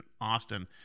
Austin